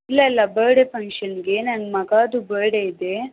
ಇಲ್ಲ ಇಲ್ಲ ಬರ್ಡೆ ಫಂಕ್ಷನ್ಗೆ ನನ್ ಮಗಾದು ಬರ್ಡೆ ಇದೆ